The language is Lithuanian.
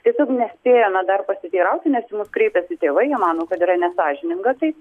tiesiog nespėjome dar pasiteirauti nes į mus kreipėsi tėvai jie mano kad yra nesąžininga taip